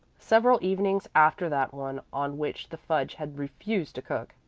several evenings after that one on which the fudge had refused to cook,